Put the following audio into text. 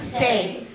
safe